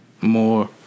more